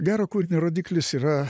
gero kūrinio rodiklis yra